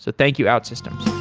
so thank you, outsystems.